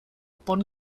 bonn